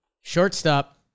Shortstop